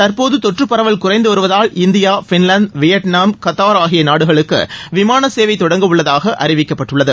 தற்போது தொற்று பரவல் குறைந்து வருவதால் இந்தியா பின்வாந்து வியாட்நாம் கத்தார் ஆகிய நாடுகளுக்கு விமான சேவையை தொடங்கவுள்ளதாக அறிவிக்கப்பட்டுள்ளது